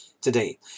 today